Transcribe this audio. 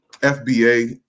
FBA